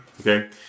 Okay